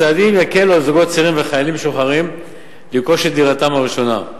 הצעדים יקלו על זוגות צעירים וחיילים משוחררים לרכוש את דירתם הראשונה.